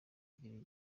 igira